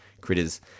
critters